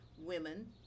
women